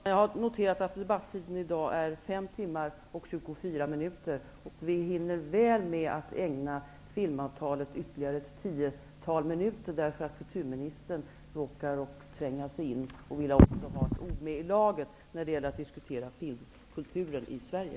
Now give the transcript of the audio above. Herr talman! Jag har noterat att den anmälda debattiden i dag är 5 timmar och 24 minuter. Vi hinner väl med att ägna filmavtalet ytterligare ett tiotal minuter, eftersom kulturministern tränger sig in och vill ha ett ord med i laget när kammaren diskuterar filmkulturen i Sverige.